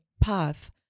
path